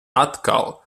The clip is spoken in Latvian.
atkal